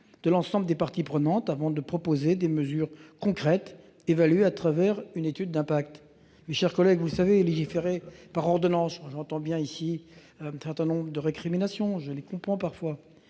de l'ensemble des parties prenantes, avant de proposer des mesures concrètes, qui seront évaluées au travers d'une étude d'impact. Mes chers collègues, légiférer par ordonnances- j'entends bien ici un certain nombre de récriminations, et je les comprends parfois